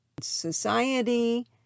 society